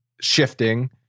shifting